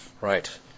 Right